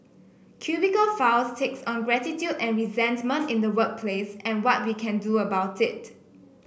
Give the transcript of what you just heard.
cubicle files takes on gratitude and resentment in the workplace and what we can do about it